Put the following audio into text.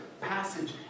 passage